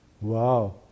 Wow